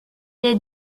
est